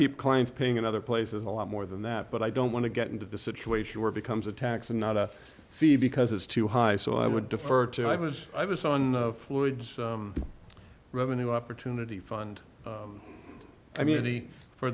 people clients paying in other places a lot more than that but i don't want to get into the situation where becomes a tax and not a fee because it's too high so i would defer to i was i was on fluids revenue opportunity fund i mean only for